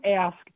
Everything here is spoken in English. ask